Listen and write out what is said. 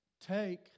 take